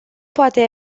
poate